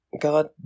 God